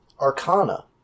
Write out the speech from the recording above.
Arcana